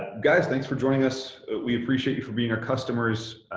guys, thanks for joining us. we appreciate you for being our customers.